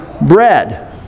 bread